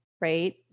right